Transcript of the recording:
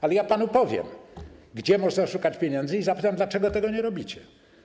Ale ja panu powiem, gdzie można szukać pieniędzy, i zapytam, dlaczego tego nie robicie.